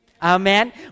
Amen